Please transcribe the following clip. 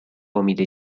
امید